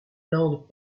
land